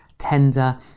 tender